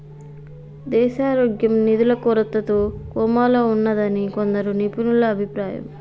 దేశారోగ్యం నిధుల కొరతతో కోమాలో ఉన్నాదని కొందరు నిపుణుల అభిప్రాయం